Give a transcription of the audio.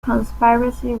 conspiracy